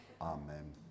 amen